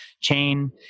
chain